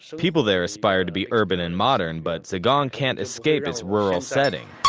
people there aspire to be urban and modern, but zigong can't escape its rural setting.